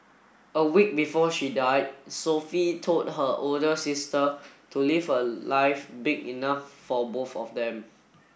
a week before she died Sophie told her older sister to live a life big enough for both of them